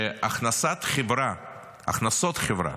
שהכנסות חברה